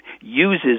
uses